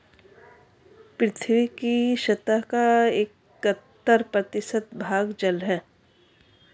पृथ्वी की सतह का इकहत्तर प्रतिशत भाग जल है